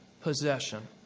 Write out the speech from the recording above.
possession